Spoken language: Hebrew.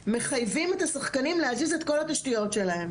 מחייבים את השחקנים להזיז את כל התשתיות שלהם.